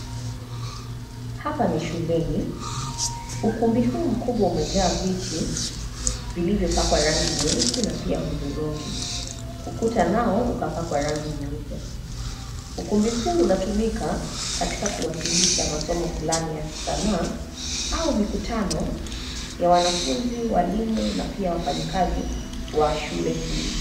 Hapa ni shuleni. Ukumbi huu mkubwa umejaa viti, vilivyopakwa rangi nyeusi na pia hudhurungi. Ukuta nao ukapakwa rangi nyeupe. Ukumbi huu unatumika katika kuwasilisha masomo fulani ya kisanaa, au mikutano ya wanafunzi, walimu, na pia wafanyikazi, wa shule hii.